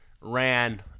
ran